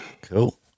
Cool